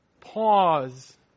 pause